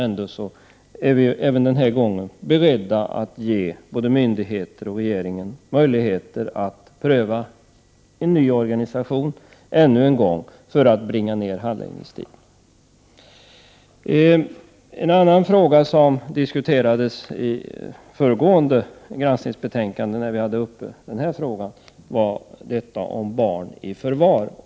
Ändå är vi även denna gång beredda att ge både myndigheter och regering möjlighet att än en gång pröva en ny organisation för att nedbringa handläggningstiderna. En annan sak som diskuterades när vi i närmast föregående granskningsbetänkande hade denna fråga uppe gällde barn i förvar.